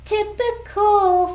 Typical